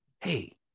hey